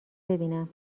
ببینم